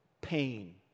Pain